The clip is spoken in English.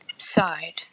Side